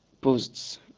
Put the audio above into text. posts